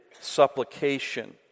supplication